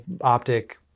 optic